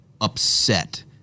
Upset